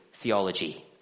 theology